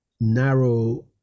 narrow